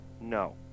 No